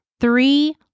Three